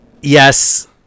yes